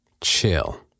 Chill